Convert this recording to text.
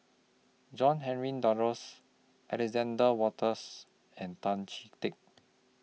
John Henry Duclos Alexander Wolters and Tan Chee Teck